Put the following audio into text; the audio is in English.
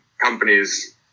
companies